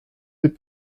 des